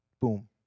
Boom